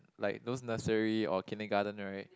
like those nursery or kindergarten right